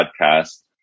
podcast